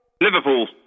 Liverpool